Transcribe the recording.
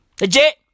Legit